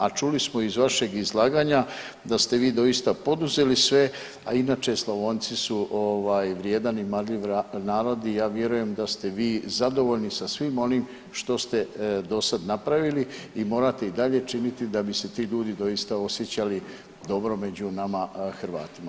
A čuli smo iz vašeg izlaganja da ste vi doista poduzeli sve, a inače Slavonci su ovaj vrijedan i marljiv narod i ja vjerujem da ste vi zadovoljni sa svim onim što ste dosad napraviti i morate i dalje činiti da bi se ti ljudi doista osjećali dobro među nama Hrvatima.